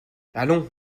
allons